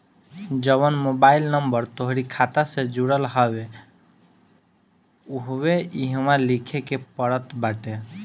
जवन mobile number तोहरी खाता से जुड़ल हवे उहवे इहवा लिखे के पड़त बाटे